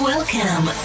Welcome